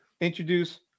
introduce